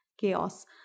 chaos